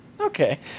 Okay